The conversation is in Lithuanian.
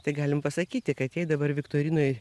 tai galim pasakyti kad jei dabar viktorinoj